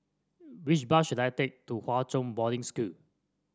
which bus should I take to Hwa Chong Boarding School